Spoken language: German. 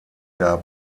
gar